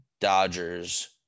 Dodgers